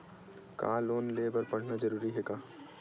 का लोन ले बर पढ़ना जरूरी हे का?